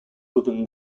within